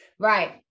Right